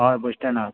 हय बस स्टॅणार